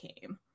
came